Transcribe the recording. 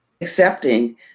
accepting